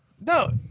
No